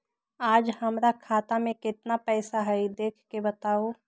आज हमरा खाता में केतना पैसा हई देख के बताउ?